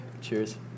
cheers